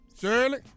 Shirley